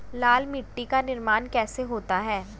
लाल मिट्टी का निर्माण कैसे होता है?